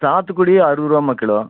சாத்துக்குடி அறுபது ரூபாம்மா கிலோ